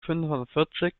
fünfundvierzig